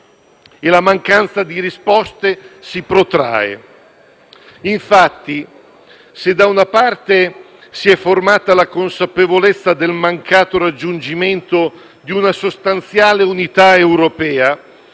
e la mancanza di risposte si protrae. Infatti, se da una parte si è formata la consapevolezza del mancato raggiungimento di una sostanziale unità europea,